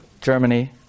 Germany